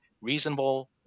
reasonable